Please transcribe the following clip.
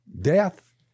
death